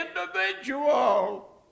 individual